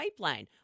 pipeline